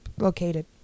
Located